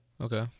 Okay